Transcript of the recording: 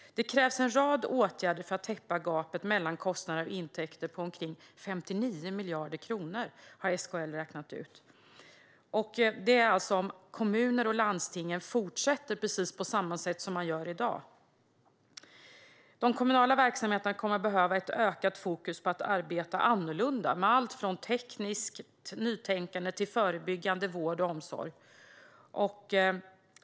Det krävs en rad åtgärder för att täppa till gapet mellan kostnader och intäkter, som enligt SKL:s uträkning är omkring 59 miljarder kronor. Detta gäller alltså om kommuner och landsting fortsätter på precis samma sätt som de gör i dag. De kommunala verksamheterna kommer att behöva ett ökat fokus på att arbeta annorlunda, med allt från tekniskt nytänkande till förebyggande vård och omsorg.